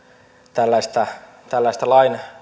tällaista tällaista lain